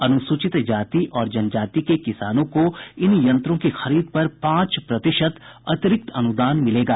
अनुसूचित जाति और जनजाति के किसानों को इन यंत्रों की खरीद पर पांच प्रतिशत अतिरिक्त अनुदान मिलेगा